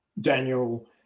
Daniel